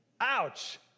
Ouch